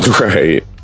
Right